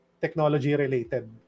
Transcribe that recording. technology-related